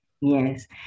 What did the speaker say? Yes